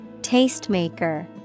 Tastemaker